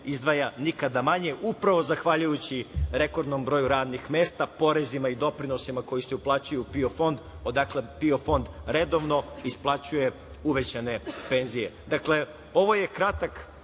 izdvaja nikada manje, a upravo zahvaljujući rekordnom broju radnih mesta, porezima i doprinosima koji se uplaćuju u PIO fond, odakle PIO fond redovno isplaćuje uvećane penzije. Dakle, ovo je kratak